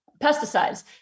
pesticides